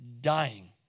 dying